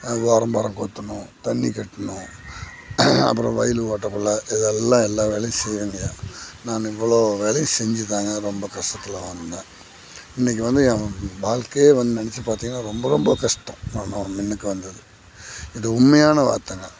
ஓரம் கொத்தணும் தண்ணி கட்டணும் அப்பறம் வயலு ஓட்டக்குள்ள இது எல்லாம் எல்லா வேலையும் செய்ய வேண்டிதான் நானு இவ்வளோ வேலையும் செஞ்சு தாங்க ரொம்ப கஸ்டத்தில் வந்தேன் இன்றைக்கி வந்து என் வாழ்க்கையே வந் நினச்சி பார்த்தீங்கன்னா ரொம்ப ரொம்ப கஷ்டோம் நா மின்னுக்கு வந்தது இது உண்மையான வார்த்தைங்க